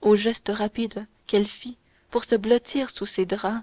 au geste rapide qu'elle fit pour se blottir sous ses draps